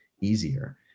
easier